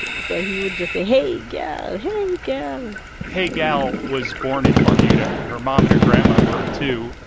so he would just say, hey, gal. hey, gal um hey gal was born in barbuda. her mom and her grandma were, too.